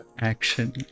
Action